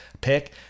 pick